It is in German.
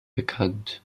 bekannt